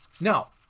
Now